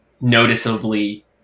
noticeably